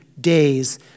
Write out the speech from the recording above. days